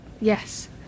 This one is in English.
Yes